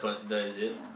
yeah